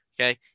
okay